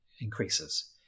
increases